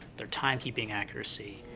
their timekeeping accuracy,